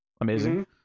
amazing